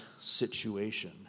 situation